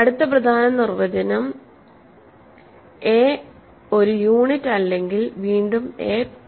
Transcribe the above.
അടുത്ത പ്രധാന നിർവചനം a ഒരു യൂണിറ്റ് അല്ലെങ്കിൽ വീണ്ടും a പ്രൈം ആണ്